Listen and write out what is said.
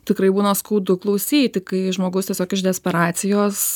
tikrai būna skaudu klausyti kai žmogus tiesiog iš desperacijos